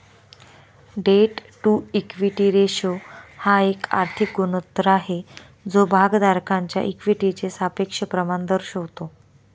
date to equity ratio हा एक आर्थिक गुणोत्तर आहे जो भागधारकांच्या इक्विटीचे सापेक्ष प्रमाण दर्शवतो